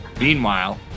Meanwhile